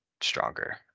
stronger